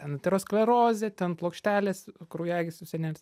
aterosklerozė ten plokštelės kraujagyslių sienelės